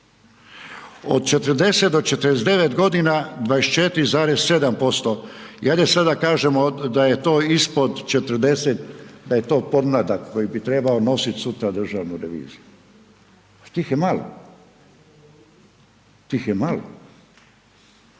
od 40-49 godina, 24,7% i ajde sada kažemo da je to ispod 40, da je to pomladak, koji bi trebao nositi, sutra Državnu reviziju, tih je malo. Tih je malo.